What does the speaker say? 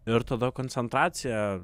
ir tada koncentracija